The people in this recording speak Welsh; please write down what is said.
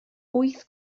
wyth